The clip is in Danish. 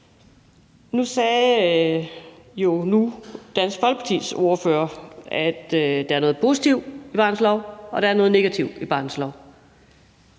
Nu sagde Dansk Folkepartis ordfører jo, at der er noget positivt i barnets lov, og at der er noget negativt i barnets lov.